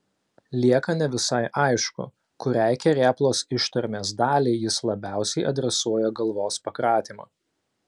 lieka ne visai aišku kuriai kerėplos ištarmės daliai jis labiausiai adresuoja galvos pakratymą